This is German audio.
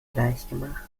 gleichgemacht